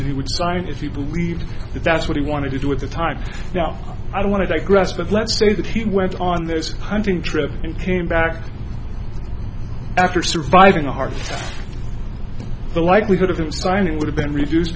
he would sign if you believe that that's what he wanted to do with the time now i don't want to digress but let's say that he went on there's a hunting trip and came back after surviving a heart the likelihood of them signing would have been refused